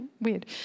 weird